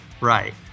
Right